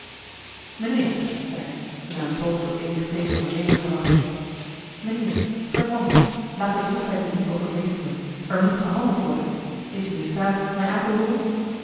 zei hij na eene poos op eenig teeken van leven gewacht te hebben mijnheer verman u laat de droefheid u niet overmeesteren er moet gehandeld worden is u in staat mij aan te hooren